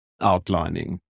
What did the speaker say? outlining